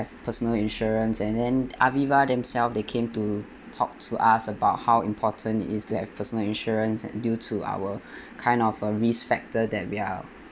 personal insurance and then Aviva themselves they came to talk to us about how important it is to have personal insurance and due to our kind of uh risk factor that we are